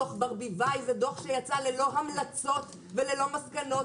דוח ברביבאי זה דוח שיצא ללא המלצות וללא מסקנות